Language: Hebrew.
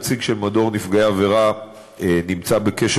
הנציג של מדור נפגעי עבירה נמצא בקשר